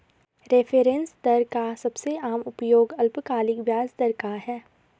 reference दर का सबसे आम उपयोग अल्पकालिक ब्याज दर का है